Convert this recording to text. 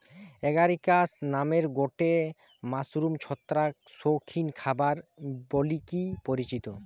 Agaricus নামের গটে mushroom ছত্রাক শৌখিন খাবার বলিকি পরিচিত